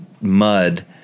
mud